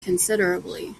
considerably